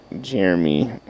Jeremy